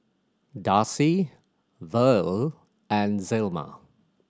Darcie Verle and Zelma